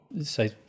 say